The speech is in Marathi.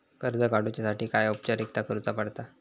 कर्ज काडुच्यासाठी काय औपचारिकता करुचा पडता?